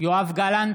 יואב גלנט,